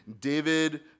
David